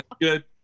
Good